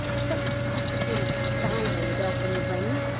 she's like a cross between a spider and the girl from the ring.